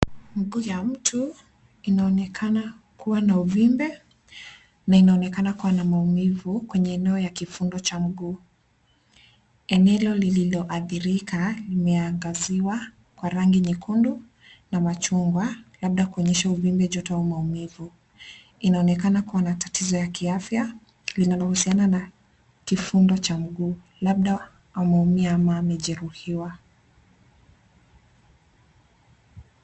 Mguu ya mtu inaonekana kuwa na uvimbe na inaonekana kuwa na maumivu kwenye eneo ya kifundo cha mguu. Eneo lilioadhirika limeangaziwa kwa rangi nyekundu na machungwa labda kuonyesha uvimbe, joto na maumivu. Inaonekana kuwa na tatizo ya kiafya linalohusiana na kifundo cha mguu, labda ameumia ama amejehuriwa.